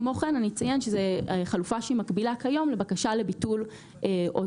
כמו כן אני אציין שזו חלופה שהיא מקבילה כיום לבקשה לביטול הודעה.